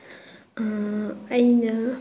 ꯑꯩꯅ